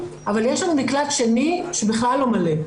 אבל יש לנו מקלט שני שבכלל לא מלא,